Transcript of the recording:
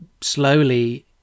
slowly